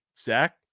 Zach